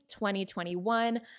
2021